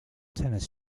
tennis